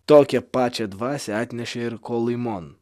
tokią pačią dvasią atnešė ir kolymon